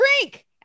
drink